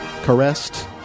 caressed